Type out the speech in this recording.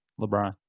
LeBron